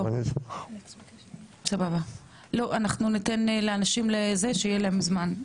לא, אנחנו צריכים לתת לאנשים נוספים זמן לדבר.